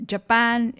Japan